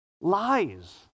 lies